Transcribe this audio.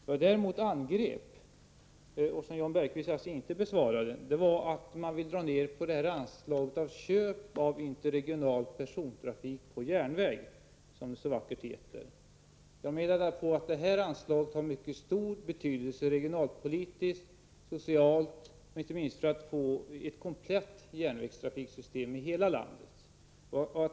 Vad jag däremot angrep, och vilket Jan Bergqvist inte besvarade, var att man vill dra ner på anslaget till köp av interregional persontrafik på järnväg, som det så vackert heter. Jag menar att detta anslag har mycket stor betydelse regionalpolitiskt, socialt och inte minst för att man skall kunna få ett komplett järnvägstrafiksystem i hela landet.